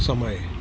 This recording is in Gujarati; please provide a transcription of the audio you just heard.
સમય